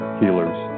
healers